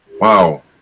wow